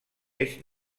eix